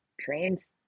trains